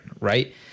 right